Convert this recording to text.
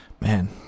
man